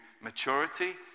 maturity